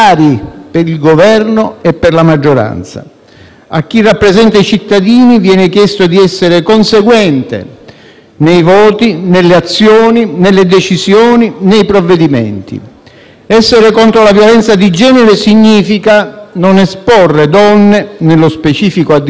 A chi rappresenta i cittadini viene chiesto di essere conseguente nei voti, nelle azioni, nelle decisioni, nei provvedimenti. Essere contro la violenza di genere significa non esporre donne, nello specifico addirittura minorenni, alla gogna dei *social,*